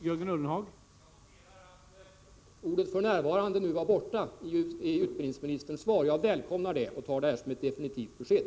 Herr talman! Jag noterar att uttrycket ”f. n.” var borta ur utbildningsministerns senaste svar. Jag välkomnar detta och tar det såsom ett definitivt besked.